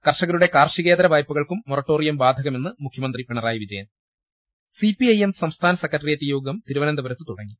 കർഷകരുടെ കാർഷികേതര വായ്പകൾക്കും മൊറട്ടേറിയം ബാധകമെന്ന് മുഖ്യമന്ത്രി പിണറായി വിജയൻ ്റ് സി പി ഐ എം സംസ്ഥാന സെക്രട്ടേറിയറ്റ് യോഗം തിരു വനന്തപുരത്ത് തുടങ്ങി